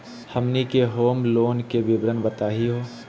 हमनी के home loan के विवरण बताही हो?